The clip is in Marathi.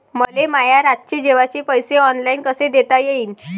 मले माया रातचे जेवाचे पैसे ऑनलाईन कसे देता येईन?